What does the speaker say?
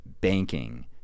banking